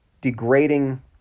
degrading